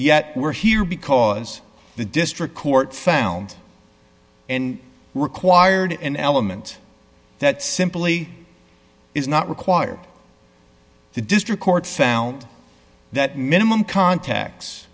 yet we're here because the district court found and required an element that simply is not required the district court found that minimum contacts